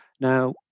Now